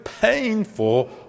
painful